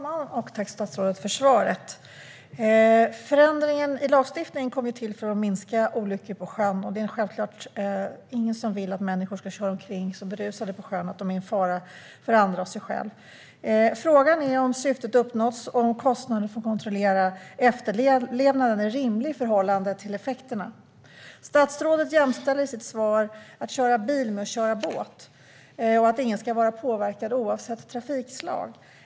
Fru talman! Tack, statsrådet, för svaret! Förändringen i lagstiftningen kom till för att minska olyckor på sjön, och det är självklart ingen som vill att människor ska köra omkring berusade på sjön och vara en fara för andra och sig själva. Frågan är om syftet har uppnåtts och om kostnaderna för att kontrollera efterlevnaden är rimlig i förhållande till effekterna. Statsrådet jämställer i sitt svar att köra bil med att köra båt och att ingen ska vara påverkad oavsett trafikslag.